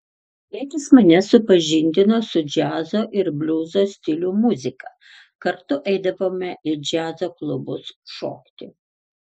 tėtis mane supažindino su džiazo ir bliuzo stilių muzika kartu eidavome į džiazo klubus šokti